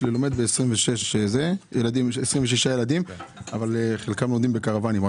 26 ילדים בכיתה אבל חלקם לומדים בקרוואנים.